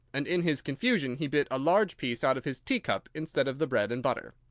and in his confusion he bit a large piece out of his teacup instead of the bread-and-butter.